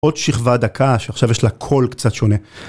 עוד שכבה דקה שעכשיו יש לה קול קצת שונה.